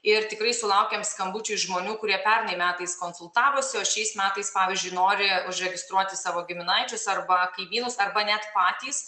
ir tikrai sulaukiam skambučių iš žmonių kurie pernai metais konsultavosi o šiais metais pavyzdžiui nori užregistruoti savo giminaičius arba kaimynus arba net patys